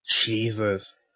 Jesus